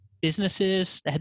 businesses